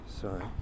sorry